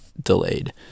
delayed